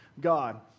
God